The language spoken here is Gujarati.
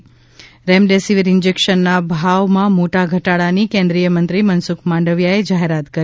ઃ રેમડેસીવીર ઈંન્જેકશનનાં ભાવમાં મોટા ઘટાડાની કેન્દ્રીય મંત્રી મનસુખ માંડવીયાએ જાહેરાત કરી